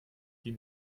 die